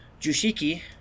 jushiki